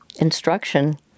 instruction